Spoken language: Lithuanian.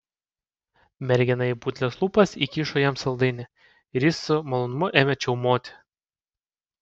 mergina į putlias lūpas įkišo jam saldainį ir jis su malonumu ėmė čiaumoti